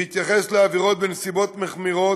בהתייחס לעבירות בנסיבות מחמירות,